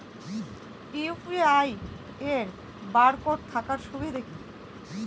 UPI এর barcode থাকার সুবিধে কি?